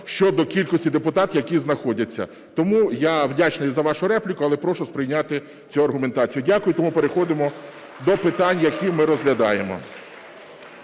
щодо кількості депутатів, які знаходяться. Тому я вдячний за вашу репліку, але прошу сприйняти цю аргументацію. Дякую. Тому переходимо до питань, які ми розглядаємо.